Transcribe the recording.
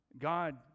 God